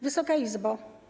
Wysoka Izbo!